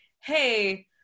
Hey